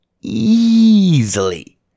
easily